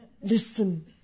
listen